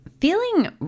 feeling